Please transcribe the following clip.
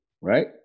right